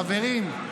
חברים,